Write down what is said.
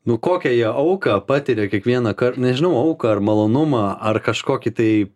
nu kokią jie auką patiria kiekvienąkart nežinau auką ar malonumą ar kažkokį tai